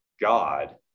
God